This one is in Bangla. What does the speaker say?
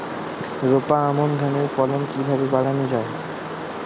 রোপা আমন ধানের ফলন কিভাবে বাড়ানো যায়?